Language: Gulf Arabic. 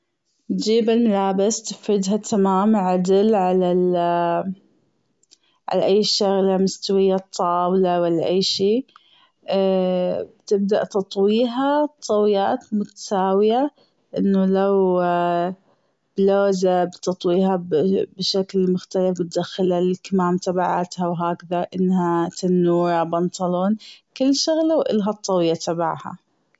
بتجيب الملابس بتفردها تمام عدل على ال- على أي شغلة مستوية الطاولة ولا أي شي بتبدأ تطويها طويات متساوية أنه لو بلوزة بتطويها بشكل مختلف بتدخلها الكمام تبعاتها وهكذا أنها تنورة بنطلون كل شغلة وإلها الطوية تبعها.